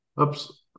oops